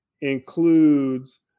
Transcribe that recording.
includes